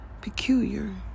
Peculiar